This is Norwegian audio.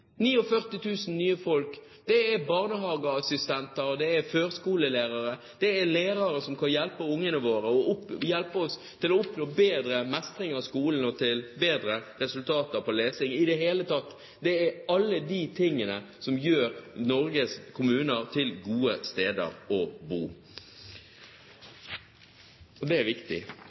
nye folk. 49 000 nye folk – det er barnehageassistenter, førskolelærere, lærere som skal hjelpe ungene våre til å oppnå bedre mestring av skolen og bedre resultater i lesing. I det hele tatt: Det er alle de tingene som gjør Norges kommuner til gode steder å bo. Det er viktig